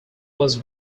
was